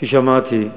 כפי שאמרתי,